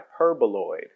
hyperboloid